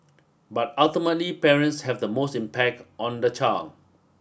but ultimately parents have the most impact on the child